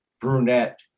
brunette